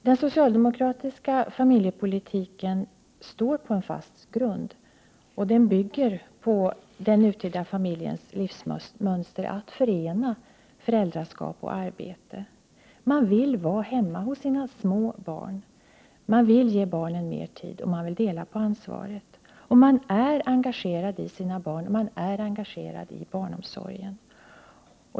Den socialdemokratiska familjepolitiken står på en fast grund, och den bygger på den nutida familjens livsmönster, där man vill förena föräldraskap och arbete. Man vill vara hemma hos sina små barn, ge barnen mer tid och dela på ansvaret. Man är engagerad i sina barn och i barnomsorgen.